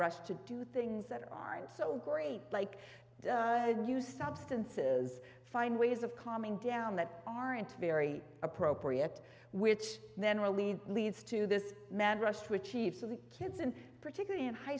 rush to do things that aren't so great like new substances find ways of calming down that aren't very appropriate which then really leads to this man rush to achieve so the kids in particular in high